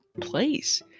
place